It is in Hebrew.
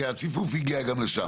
כי הציפוף הגיע גם לשם.